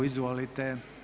Izvolite.